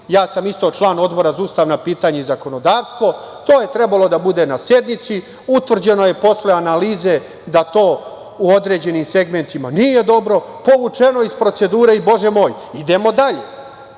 ja sam isto član Odbora za ustavna pitanja i zakonodavstvo, to je trebalo da bude na sednici, utvrđeno je posle analize da to u određenim segmentima nije dobro, povučeno iz procedure i bože moj. Idemo dalje. Čekamo